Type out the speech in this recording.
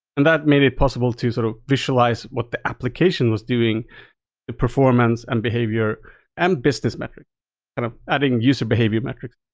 and that made it possible to sort of visualize what the application was doing, the performance and behavior and business metric, kind of adding user behavior metrics.